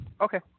Okay